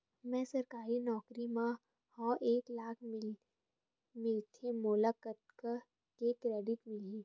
मैं सरकारी नौकरी मा हाव एक लाख मिलथे मोला कतका के क्रेडिट मिलही?